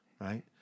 right